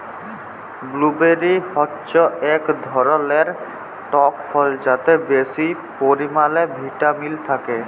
blueberry হচ্যে এক ধরলের টক ফল যাতে বেশি পরিমালে ভিটামিল থাক্যে